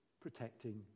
protecting